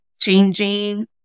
changing